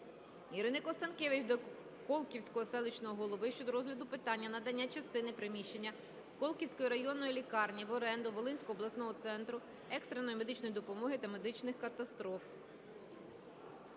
Ірини Констанкевич до Колківського селищного голови щодо розгляду питання надання частини приміщення Колківської районної лікарні в оренду Волинського обласного центру екстреної медичної допомоги та медичних катастроф.